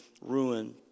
ruin